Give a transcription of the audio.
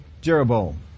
Jeroboam